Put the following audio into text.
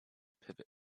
pivot